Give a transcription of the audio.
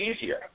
easier